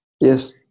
Yes